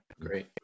great